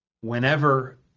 whenever